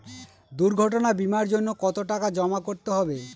দুর্ঘটনা বিমার জন্য কত টাকা জমা করতে হবে?